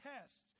tests